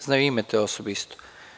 Znaju ime te osobe, isto.